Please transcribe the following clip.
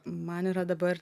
man yra dabar